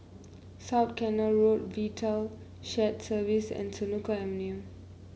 South Canal Road Vital Shared Services and Senoko Avenue